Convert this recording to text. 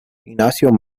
ignacio